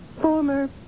Former